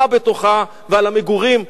ועל המגורים לזוגות הצעירים.